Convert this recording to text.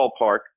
ballpark